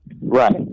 right